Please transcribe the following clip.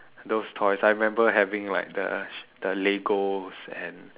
those toys I remember having like the the legos and